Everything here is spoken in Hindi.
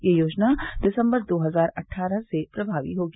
ये योजना दिसम्बर दो हजार अट्ठारह से प्रभावी होगी